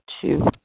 two